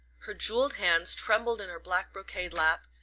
her jewelled hands trembled in her black brocade lap,